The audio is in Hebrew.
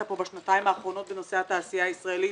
פה בשנתיים האחרונות בנושא התעשייה הישראלית.